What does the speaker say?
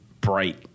Bright